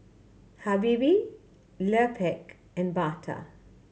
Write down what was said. Habibie Lupark and Bata